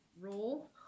roll